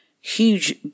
huge